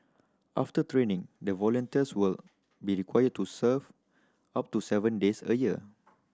after training the volunteers will be required to serve up to seven days a year